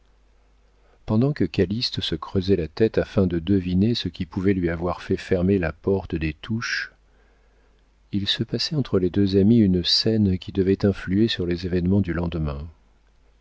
pendant que calyste se creusait la tête afin de deviner ce qui pouvait lui avoir fait fermer la porte des touches il se passait entre les deux amies une scène qui devait influer sur les événements du lendemain